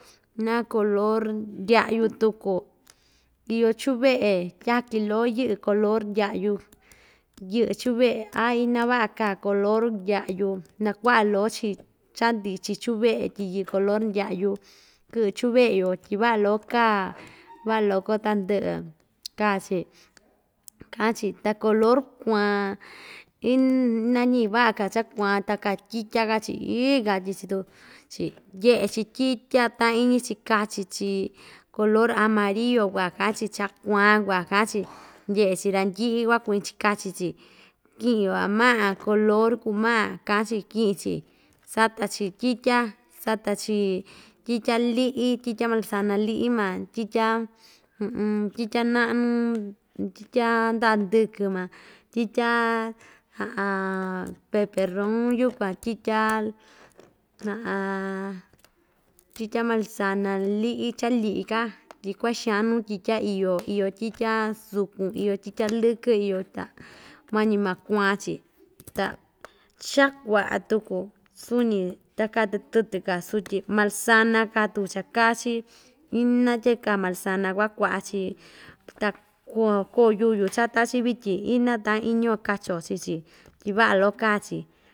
Na color ndyaꞌyu tuku iyo chuveꞌe tyaki loko yɨꞌɨ color ndyaꞌyu yɨꞌɨ chuveꞌe aa ina vaꞌa kaa color ndyaꞌyu nakuaꞌa loko‑chi cha ndichin chuveꞌe tyi yɨꞌɨ colo ndyaꞌyu kɨꞌɨ chuveꞌe‑yo tyi vaꞌa loko kaa vaꞌa loko tandɨꞌɨ kaa‑chi kaꞌan‑chi ta color kuaan iiin ina‑ñi vaꞌa kaa cha kuan ta kaa tyitya kaa‑chi iii katyi‑chi tuu chi ndyeꞌe‑chi tyitya taꞌan iñi‑chi kachi‑chi color amario kuan kaꞌa‑chi cha kuan kuan kaꞌa‑chi ndyeꞌe‑chi randɨꞌɨ van kuñi‑chi kachi‑chi kiꞌi‑yo van maꞌa color kuu maꞌa kaꞌa‑chi kiꞌin‑chi sata‑chi tyitya sata‑chi tyitya liꞌi tyitya manzana liꞌi maa tyitya naꞌñu tyitya ndaꞌa ndɨkɨ van tyitya peperoon yukuan tyitya tyitya manzana liꞌi cha liꞌi‑ka tyi kuaxan nuu tyitya iyo iyo tyitya sukun iyo tyitya lɨkɨ iyo ta mañi maa kuaan‑chi ta cha kuaꞌa tuku suñi ta kaa tu tɨtɨ kaa sutyi manzana kaa tuku cha kaa‑chi ina tyeekaa manzana kuaꞌa kuaꞌa‑chi ta kua koo yuyu chata‑chi vityin ina taꞌan iñi‑yo kachi‑yo chii‑chi tyi vaꞌa loko kaa‑chi.